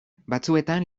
batzuetan